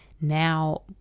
Now